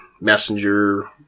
messenger